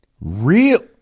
Real